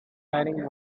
dining